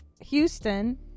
Houston